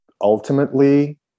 ultimately